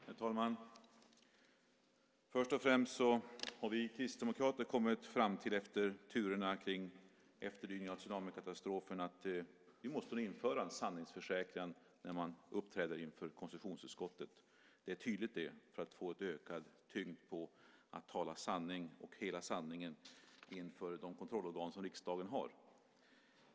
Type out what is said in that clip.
Herr talman! Först och främst har vi kristdemokrater efter turerna kring efterdyningarna av tsunamikatastrofen kommit fram till att vi nog måste införa en sanningsförsäkran när man uppträder inför konstitutionsutskottet - det är tydligt, det - för att få en ökad tyngd på att tala sanning och hela sanningen inför de kontrollorgan som riksdagen har.